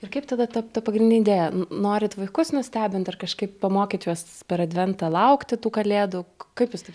ir kaip tada ta ta pagrindinė idėja norit vaikus nustebint ar kažkaip pamokyt juos per adventą laukti tų kalėdų kaip jūs taip